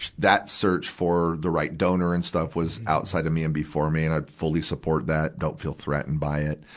that search for the right donor and stuff was outside of me and before me, and i fully support that don't feel threatened by it.